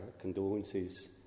condolences